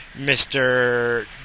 Mr